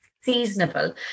seasonable